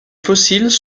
fossiles